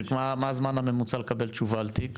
שמה הזמן הממוצע לקבל תשובה על תיק?